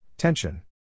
Tension